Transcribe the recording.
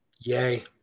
Yay